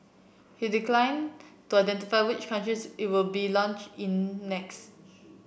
he declined to identify which other countries it would be launch in next